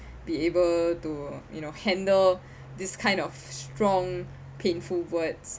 be able to you know handle this kind of strong painful words